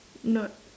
not